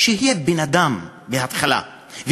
שיהיה בן-אדם בהתחלה,